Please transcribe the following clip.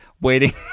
Waiting